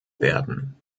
werden